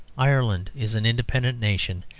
ireland is an independent nation,